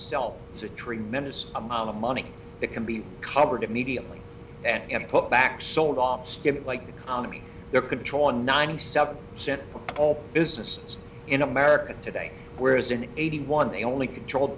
itself is a tremendous amount of money that can be covered immediately and put back sold off like the economy their control on ninety seven percent of all businesses in america today whereas in eighty one they only controlled